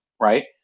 right